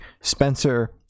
Spencer